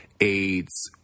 aids